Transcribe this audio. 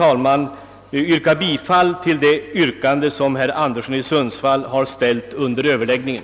att få yrka bifall till det yrkande som herr Anderson i Sundsvall ställt under överläggningen.